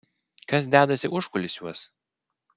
kas dedasi užkulisiuos